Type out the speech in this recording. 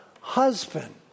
husband